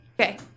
Okay